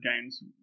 games